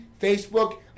Facebook